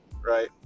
right